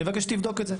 אני מבקש שתבדוק את זה.